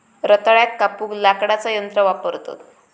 रताळ्याक कापूक लाकडाचा यंत्र वापरतत